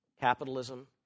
Capitalism